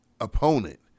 opponent